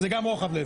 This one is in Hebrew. זה גם רוחב לב.